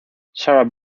sarah